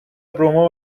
رومئو